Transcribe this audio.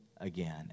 Again